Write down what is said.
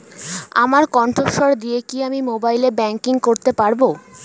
আমার কন্ঠস্বর দিয়ে কি আমি মোবাইলে ব্যাংকিং করতে পারবো?